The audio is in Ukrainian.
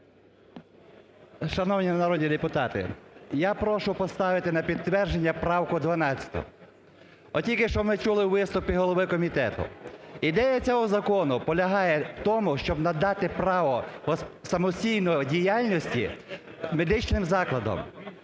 Шановні народні депутати! Я прошу поставити на підтвердження правку 12-у. От тільки що ми чули у виступі голови комітету, ідея цього закону полягає в тому, щоб надати право самостійної діяльності медичним закладам.